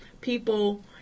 people